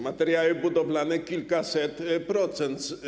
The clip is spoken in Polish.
Materiały budowlane - kilkaset procent.